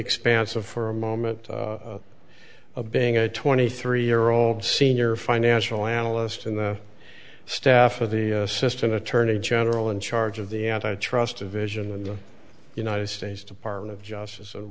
expansive for a moment of being a twenty three year old senior financial analyst in the staff of the assistant attorney general in charge of the antitrust division in the united states department of justice in